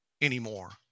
anymore